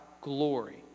glory